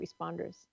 responders